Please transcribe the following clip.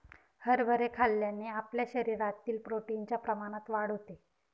हरभरे खाल्ल्याने आपल्या शरीरातील प्रोटीन च्या प्रमाणात वाढ होते